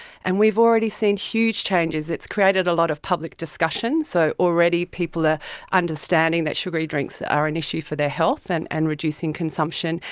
and we've already seen huge changes, it's created a lot of public discussion. so already people are understanding that sugary drinks are an issue for their health and and reducing consumption,